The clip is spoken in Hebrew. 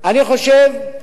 אני חושב,